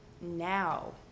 now